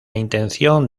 intención